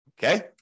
Okay